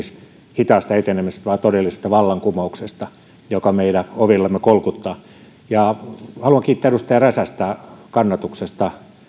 hitaasta etenemisestä vaan todellisesta vallankumouksesta joka meidän ovillamme kolkuttaa haluan kiittää edustaja räsästä kannatuksesta